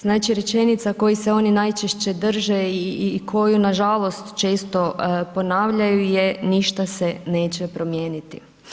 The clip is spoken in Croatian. Znači rečenica koje se oni najčešće drže i koju nažalost često ponavljaju je ništa se neće promijeniti.